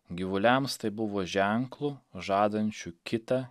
gyvuliams tai buvo ženklu žadančiu kitą